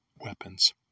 weapons